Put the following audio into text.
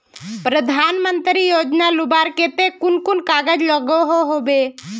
प्रधानमंत्री योजना लुबार केते कुन कुन कागज लागोहो होबे?